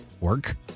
work